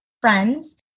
friends